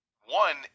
One